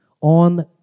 on